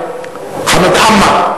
חמד עמאר,